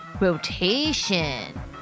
Rotation